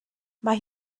mae